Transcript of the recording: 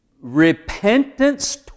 repentance